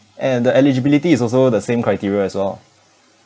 and the eligibility is also the same criteria as well